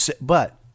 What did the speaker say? But-